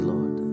Lord